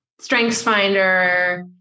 StrengthsFinder